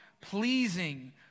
pleasing